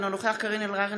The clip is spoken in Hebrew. אינו נוכח קארין אלהרר,